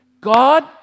God